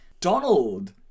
Donald